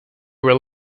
were